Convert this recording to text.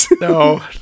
No